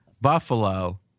Buffalo